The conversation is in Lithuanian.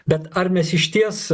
bet ar mes išties